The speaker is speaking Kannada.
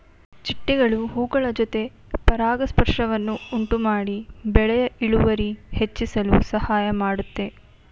ಚಿಟ್ಟೆಗಳು ಹೂಗಳ ಜೊತೆ ಪರಾಗಸ್ಪರ್ಶವನ್ನು ಉಂಟುಮಾಡಿ ಬೆಳೆಯ ಇಳುವರಿ ಹೆಚ್ಚಿಸಲು ಸಹಾಯ ಮಾಡುತ್ತೆ